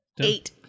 Eight